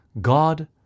God